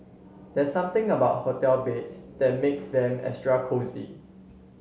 there's something about hotel beds that makes them extra cosy